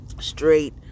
Straight